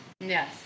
Yes